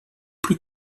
plus